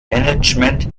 management